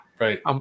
right